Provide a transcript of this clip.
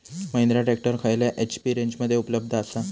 Mahindra tractor खयल्या HP रेंजमध्ये उपलब्ध आसा?